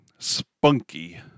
Spunky